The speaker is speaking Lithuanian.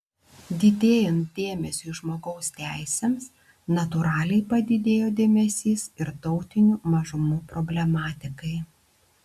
didėjant dėmesiui žmogaus teisėms natūraliai padidėjo dėmesys ir tautinių mažumų problematikai